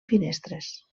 finestres